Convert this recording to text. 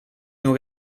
nur